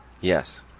Yes